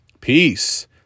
peace